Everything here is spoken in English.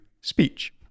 speech